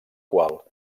qual